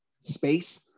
space